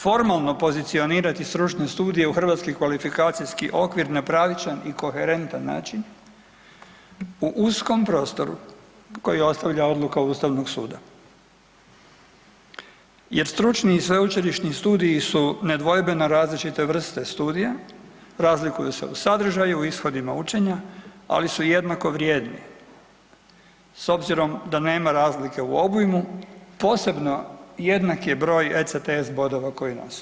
Formalno pozicionirati stručne studije u HKO na pravičan i koherentan način u uskom prostoru koji ostavlja odluka Ustavnog suda. jer stručni i sveučilišni studiji su nedvojbeno različite vrste studija, razlikuju se u sadržaju i ishodima učenja ali su jednako vrijedni s obzirom da nema razlike u obujmu, posebno jednak je broj ECTS bodova koji nose.